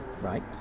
right